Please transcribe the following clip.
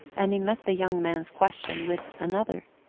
and he met the young man's question with another.